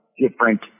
different